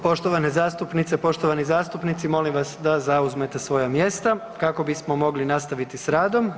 Poštovane zastupnice, poštovani zastupnici, molim vas da zauzmete svoja mjesta kako bismo mogli nastaviti s radom.